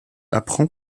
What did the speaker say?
apprend